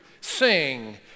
Sing